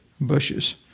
bushes